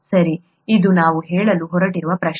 ಸರಿ ಇದು ನಾವು ಕೇಳಲು ಹೊರಟಿರುವ ಪ್ರಶ್ನೆ